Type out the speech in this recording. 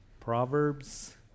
proverbs